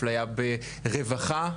אפליה ברווחה.